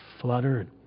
fluttered